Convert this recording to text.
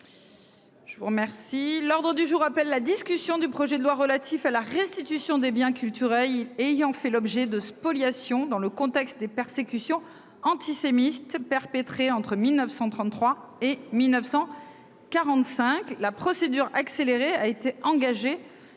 Je vous remercie. L'ordre du jour appelle la discussion du projet de loi relatif à la restitution des biens culturels ayant fait l'objet de spoliation dans le contexte des persécutions antisémites perpétrés entre 1933 et 1945 la procédure accélérée a été engagée